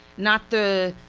not the